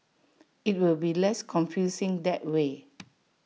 IT will be less confusing that way